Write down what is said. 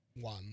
one